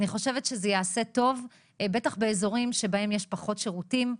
אני חושבת שזה יעשה טוב ובטח באזורים שבהם יש פחות שירותים,